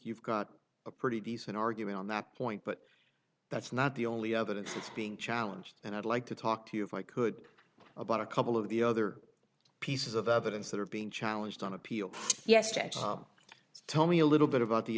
you've got a pretty decent argument on that point but that's not the only other it's being challenged and i'd like to talk to you for good about a couple of the other pieces of evidence that are being challenged on appeal yesterday tell me a little bit about the